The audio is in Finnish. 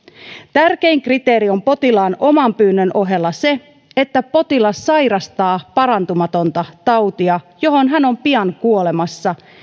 tärkein kriteeri on potilaan oman pyynnön ohella se että potilas sairastaa parantumatonta tautia johon hän on pian kuolemassa